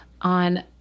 on